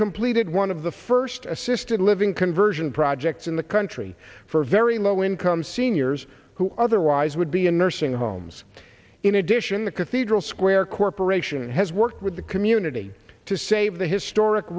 completed one of the first assisted living conversion projects in the country for very to low income seniors who otherwise would be a nursing homes in addition the cathedral square corp has worked with the community to save the historic